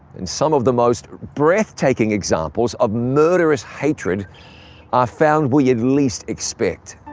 and some of the most breathtaking examples of murderous hatred are found where you'd least expect.